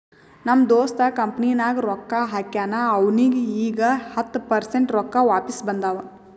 ನಮ್ ದೋಸ್ತ್ ಕಂಪನಿನಾಗ್ ರೊಕ್ಕಾ ಹಾಕ್ಯಾನ್ ಅವ್ನಿಗ ಈಗ್ ಹತ್ತ ಪರ್ಸೆಂಟ್ ರೊಕ್ಕಾ ವಾಪಿಸ್ ಬಂದಾವ್